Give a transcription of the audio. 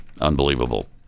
Unbelievable